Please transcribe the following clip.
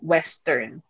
Western